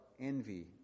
envy